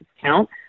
count